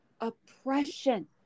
oppression